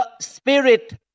Spirit